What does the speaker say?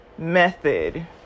method